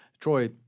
Troy